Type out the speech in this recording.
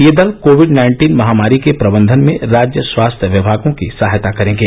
ये दल COVID nineteen महामारी के प्रबंधन में राज्य स्वास्थ्य विभागों की सहायता करेंगे